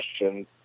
questions